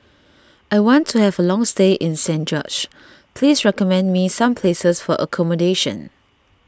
I want to have a long stay in Saint George's please recommend me some places for accommodation